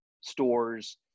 stores